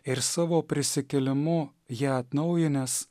ir savo prisikėlimu ją atnaujinęs